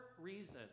reason